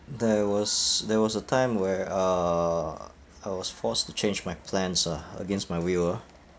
there was there was a time where uh I was forced to change my plans ah against my will ah